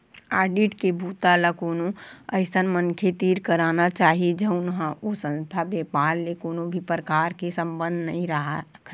audit के बूता ल कोनो अइसन मनखे तीर कराना चाही जउन ह ओ संस्था, बेपार ले कोनो भी परकार के संबंध नइ राखय